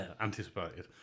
Anticipated